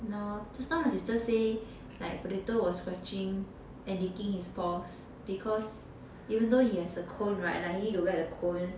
lol just now my sister say like potato was scratching and licking his paws because even though he has a cone [right] like he need to wear the cone